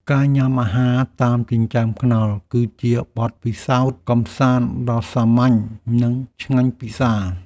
ការញ៉ាំអាហារតាមចិញ្ចើមថ្នល់ គឺជាបទពិសោធន៍កម្សាន្តដ៏សាមញ្ញ និងឆ្ងាញ់ពិសា។